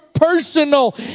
personal